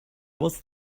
was